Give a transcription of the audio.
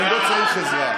אני לא צריך עזרה.